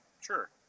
Sure